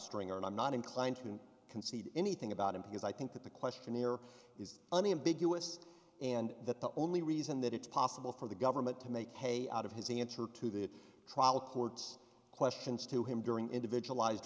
stringer and i'm not inclined to concede anything about him because i think that the questionnaire is unambiguous and that the only reason that it's possible for the government to make hay out of his answer to the trial court's questions to him during individualized